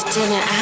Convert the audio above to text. Dinner